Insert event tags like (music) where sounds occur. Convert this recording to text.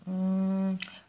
mm (noise)